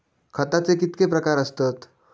खताचे कितके प्रकार असतत?